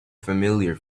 familiar